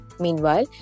Meanwhile